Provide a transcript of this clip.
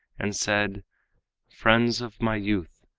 and said friends of my youth,